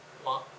what